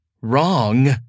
wrong